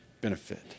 benefit